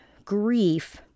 grief